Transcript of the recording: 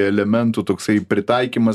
elementų toksai pritaikymas